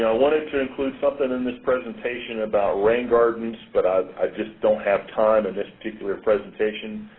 wanted to include something in this presentation about rain gardens, but i just don't have time in this particular presentation.